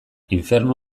infernu